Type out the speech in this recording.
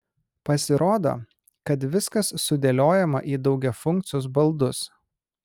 pasirodo kad viskas sudėliojama į daugiafunkcius baldus